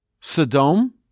Sodom